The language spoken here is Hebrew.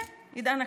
כן, עידן הקרח.